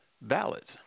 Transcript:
ballots